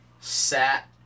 sat